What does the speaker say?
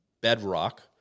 bedrock